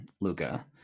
Luca